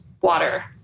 water